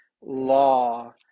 law